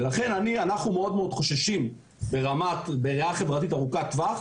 אנחנו חוששים מאוד בראייה חברתית ארוכת טווח,